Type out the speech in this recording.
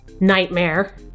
nightmare